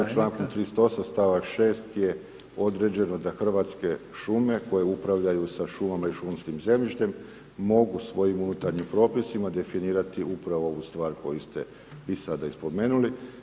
U članku 38. stavak 6. je određeno da Hrvatske šume koje upravljaju sa šumama i šumskim zemljištem mogu svojim unutarnjim propisima definirati upravo ovu stvar koju ste i sada i spomenuli.